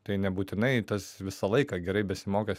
tai nebūtinai tas visą laiką gerai besimokęs